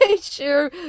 sure